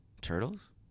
Turtles